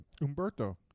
Umberto